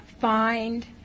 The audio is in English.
find